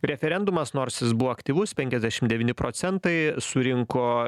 referendumas nors jis buvo aktyvus penkiasdešim devyni procentai surinko